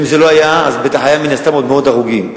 אם זה לא היה, היו מן הסתם מאות הרוגים.